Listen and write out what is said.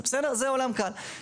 זה, זה בעולם הקל.